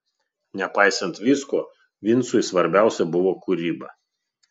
nepaisant visko vincui svarbiausia buvo kūryba